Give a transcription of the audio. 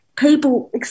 people